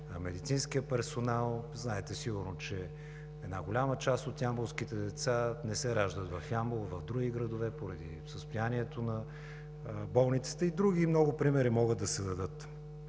медицинския персонал. Знаете сигурно, че една голяма част от ямболските деца не се раждат в Ямбол, а в други градове поради състоянието на болницата. И други много примери могат да се дадат.